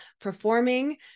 performing